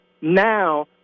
Now